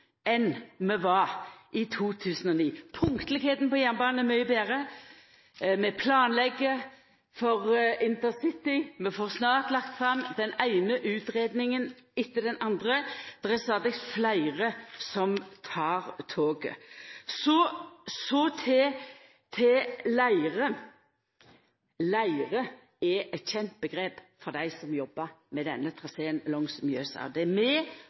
enn vi var i i 2009. Punktlegheita på jernbanen er mykje betre, vi planlegg for intercity, vi får snart lagt fram den eine utgreiinga etter den andre, og det er stadig fleire som tek toget. Så til leire. «Leire» er eit kjent omgrep for dei som jobbar med denne traseen langs Mjøsa,